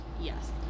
Yes